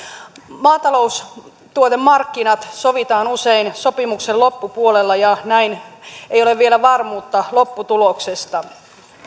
maataloustuotemarkkinat sovitaan usein sopimuksen loppupuolella ja näin ei ole vielä varmuutta lopputuloksesta